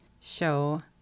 show